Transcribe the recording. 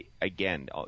again